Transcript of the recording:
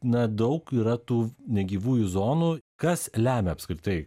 na daug yra tų negyvųjų zonų kas lemia apskritai